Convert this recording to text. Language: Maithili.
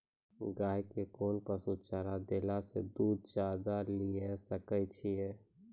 गाय के कोंन पसुचारा देला से दूध ज्यादा लिये सकय छियै?